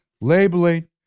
Labeling